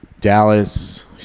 Dallas